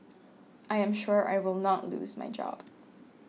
I am sure I will not lose my job